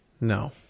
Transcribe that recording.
No